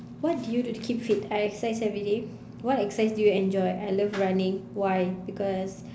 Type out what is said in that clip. what do you do to keep fit I exercise everyday what exercise do you enjoy I love running why because